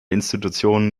institutionen